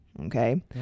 okay